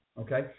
okay